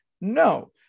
no